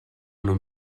non